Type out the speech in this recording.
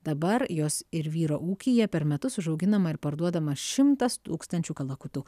dabar jos ir vyro ūkyje per metus užauginama ir parduodama šimtas tūkstančių kalakutų